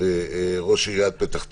ראש עיריית פתח תקווה.